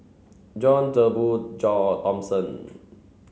John Turnbull Thomson